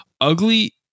Ugly